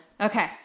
Okay